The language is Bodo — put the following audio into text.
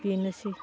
बेनोसै